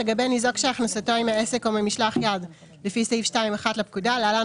לגבי ניזוק שהכנסתו היא מעסק או ממשלח יד לפי סעיף 2(1) לפקודה (להלן,